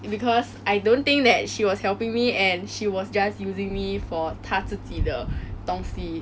because I don't think that she was helping me and she was just using me for 他自己的东西